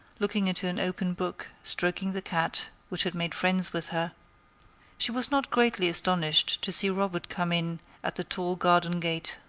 looking into an open book, stroking the cat, which had made friends with her she was not greatly astonished to see robert come in at the tall garden gate.